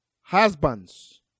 husbands